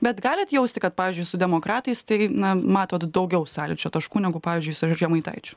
bet galit jausti kad pavyzdžiui su demokratais tai na matot daugiau sąlyčio taškų negu pavyzdžiui su žemaitaičiu